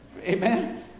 Amen